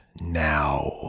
now